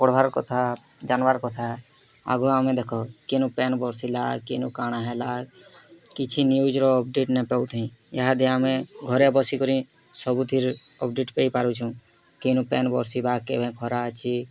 ପଢ଼ବାର୍ କଥା ଜାନବାର୍ କଥା ଆଗୁଆ ଆମେ ଦେଖ କେନୁ ପେନ୍ ବରଷିଲା କେନୁ କାଣ ହେଲା କିଛି ନ୍ୟୁଜ୍ର ଅପଡ଼େଟ୍ ନବାକୁ ନାହିଁ ଏହା ଦେଇ ଆମେ ଘରେ ବସିକରି ସବୁଥିରେ ଅପଡ଼େଟ୍ ପାଇ ପାରୁଛୁଁ କେଉଁ ପେନ୍ ବରଷିବା କେବେ ଖରା ଅଛି